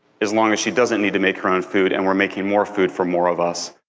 as long as she doesn't need to make her own food, and we're making more food for more of us.